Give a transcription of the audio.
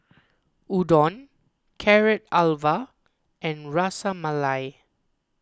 Udon Carrot Halwa and Ras Malai